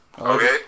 Okay